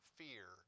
fear